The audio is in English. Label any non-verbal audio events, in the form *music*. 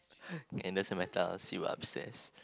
*breath* it doesn't matter lah see you upstairs